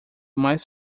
mais